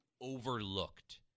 overlooked